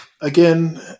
Again